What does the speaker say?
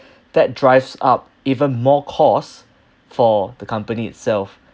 that drives up even more cost for the company itself